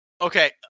okay